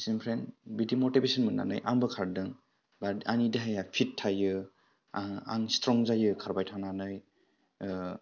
बिसोरनिफ्राय बिदि मटिभेसन मोननानै आंबो खारदों जाथे आंनि देहाया फिट थायो आं स्ट्रं जायो खारबाय थानानै